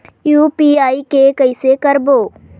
UPI के कइसे करबो?